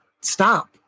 stop